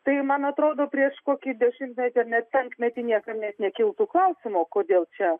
tai man atrodo prieš kokį dešimtmetį ar net penkmetį niekam net nekiltų klausimo kodėl čia